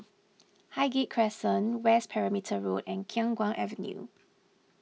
Highgate Crescent West Perimeter Road and Khiang Guan Avenue